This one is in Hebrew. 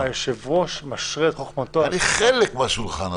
היושב-ראש משרה את חוכמתו על- -- אני חלק מהשולחן,